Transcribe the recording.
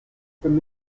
from